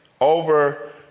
over